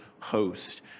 host